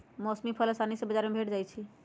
मौसमी फल असानी से बजार में भेंट जाइ छइ